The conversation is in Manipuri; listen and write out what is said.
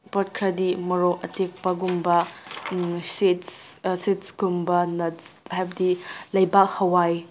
ꯄꯣꯠ ꯈꯔꯗꯤ ꯃꯣꯔꯣꯛ ꯑꯇꯦꯛꯄꯒꯨꯝꯕ ꯁꯤꯠꯁ ꯁꯤꯠꯁ ꯀꯨꯝꯕ ꯅꯠꯁ ꯍꯥꯏꯕꯗꯤ ꯂꯩꯕꯥꯛ ꯍꯋꯥꯏ